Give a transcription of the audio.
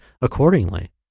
accordingly